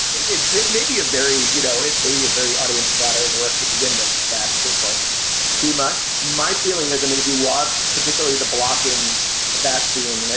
it it may be a very you know, it may be a very audience flattering work to begin with, but that's just like too much. my feeling is, i mean, if you watch particularly the blocking of that scene, and